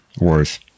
worth